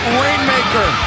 rainmaker